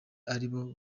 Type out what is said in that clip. aribo